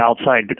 outside